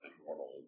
immortal